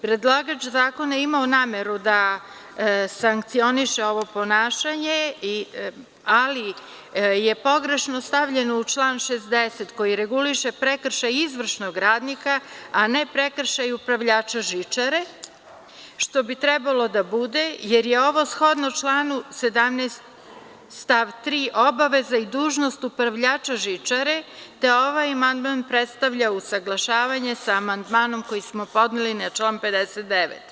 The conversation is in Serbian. Predlagač zakona je imao nameru da sankcioniše ovo ponašanje, ali je pogrešno stavljeno u član 60. koji reguliše prekršaj izvršnog radnika, a ne prekršaj upravljača žičarom, što bi trebalo da bude, jer je ovo shodno članu 17. stav 3. „obaveza i dužnost upravljača žičare“, te ovaj amandman predstavlja usaglašavanje sa amandmanom koji smo podneli na član 59.